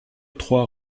trois